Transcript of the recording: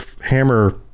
hammer